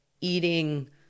eating